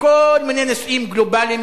מכל מיני נושאים גלובליים,